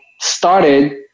started